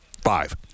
Five